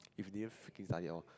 if didn't freaking study at all